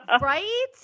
Right